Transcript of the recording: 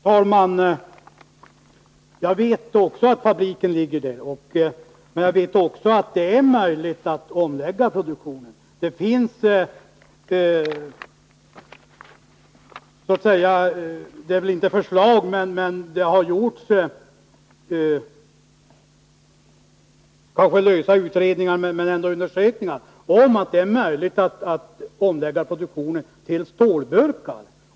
Herr talman! Även jag vet att fabriken ligger där den ligger, men jag vet också att det är möjligt att lägga om produktionen. Det finns kanske inte något direkt förslag, men det har gjorts undersökningar som visar att det är möjligt att lägga om produktionen till framställning av stålburkar.